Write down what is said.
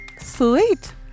Sweet